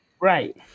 Right